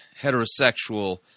heterosexual